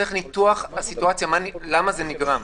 צריך ניתוח של הסיטואציה ולמה זה נגרם